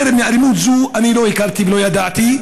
יותר מאלימות זו אני לא הכרתי ולא ידעתי.